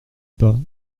pas